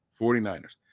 49ers